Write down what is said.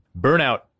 Burnout